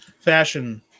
Fashion